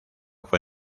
fue